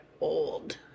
old